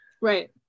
right